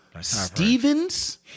Stevens